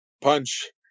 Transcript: punch